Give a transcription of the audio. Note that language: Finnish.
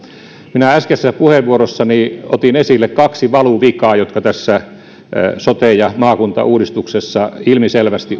minä äskeisessä puheenvuorossani otin esille kaksi valuvikaa jotka tässä sote ja maakuntauudistuksessa ilmiselvästi